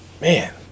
Man